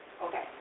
Okay